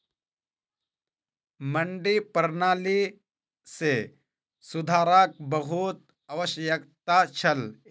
मंडी प्रणाली मे सुधारक बहुत आवश्यकता छल